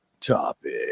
topic